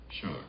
sure